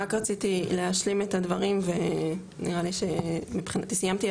רק רציתי להשלים את הדברים ונראה לי שמבחינתי סיימתי,